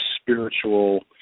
spiritual